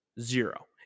Zero